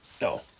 no